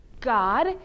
God